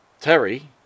Terry